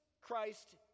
christ